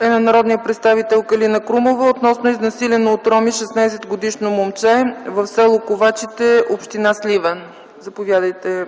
е от народния представител Калина Крумова относно изнасилено от роми 16-годишно момче в с. Ковачите, община Сливен. Заповядайте,